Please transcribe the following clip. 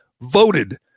voted